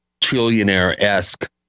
trillionaire-esque